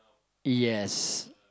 yes